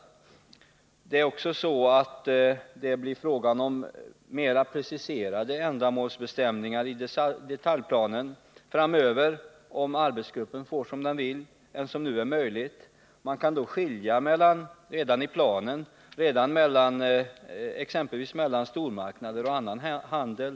Om arbetsgruppen får som den vill blir det också fråga om mera preciserade ändamålsbestämningar i detaljplanen framöver än vad som nu är möjligt. Man kan då redan i planen skilja mellan exempelvis stormarknader och annan handel.